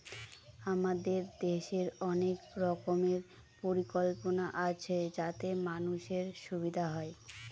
আমাদের দেশের অনেক রকমের পরিকল্পনা আছে যাতে মানুষের সুবিধা হয়